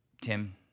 Tim